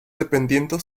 dependiendo